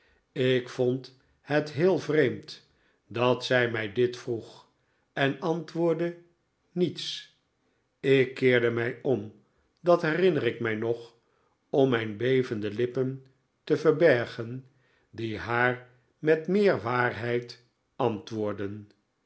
ik vdnd het heel vreemd dat zij mij dit vroeg en antwoordde niets ik keerde mij om dat herinner ik mij nog om mijn bevende lippen te verbergen die haar met meer waarheid antwoordden